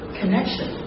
connection